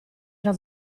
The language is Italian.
era